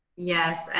yes.